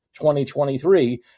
2023